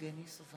מצביע גדעון סער,